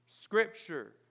Scripture